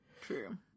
true